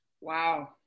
Wow